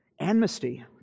amnesty